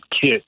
kit